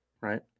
right